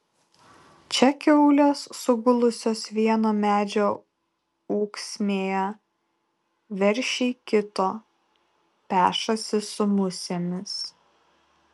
čia kiaulės sugulusios vieno medžio ūksmėje veršiai kito pešasi su musėmis